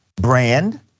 brand